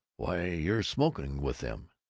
why, you're smoking with them!